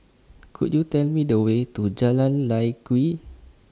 Could YOU Tell Me The Way to Jalan Lye Kwee